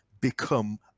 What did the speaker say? become